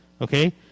okay